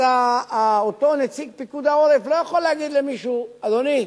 אז אותו נציג פיקוד העורף לא יכול להגיד למישהו: אדוני,